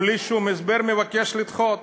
בלי שום הסבר, מבקש לדחות.